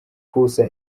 kusa